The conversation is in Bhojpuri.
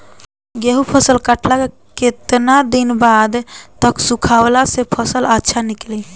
गेंहू फसल कटला के बाद केतना दिन तक सुखावला से फसल अच्छा निकली?